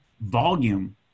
volume